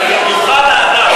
זה לא נכון.